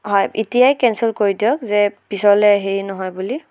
হয় এতিয়াই কেনচেল কৰি দিয়ক যে পিছলৈ হেৰি নহয় বুলি